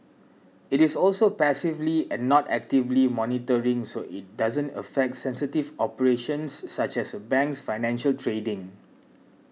it is also passively and not actively monitoring so it doesn't affect sensitive operations such as a bank's financial trading